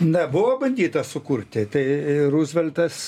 na buvo bandyta sukurti tai ruzveltas